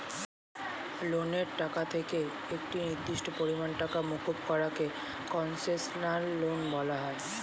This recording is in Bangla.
লোনের টাকা থেকে একটি নির্দিষ্ট পরিমাণ টাকা মুকুব করা কে কন্সেশনাল লোন বলা হয়